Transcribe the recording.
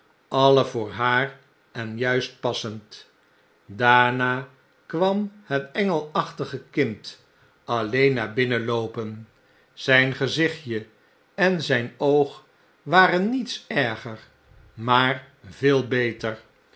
alle voor haar en juist passend daarna kwam het engelachtige kind alleen naar binnen loopen zjjn gezichtje en zyn oog waren niets erger maar veel beter